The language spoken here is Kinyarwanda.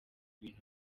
bintu